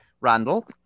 Randall